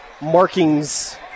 markings